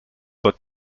but